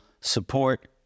support